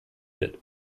wird